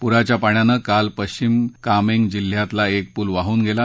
पुराच्या पाण्यानं काल पश्विम कामेंग जिल्ह्यातला एक पूल वाहून गेला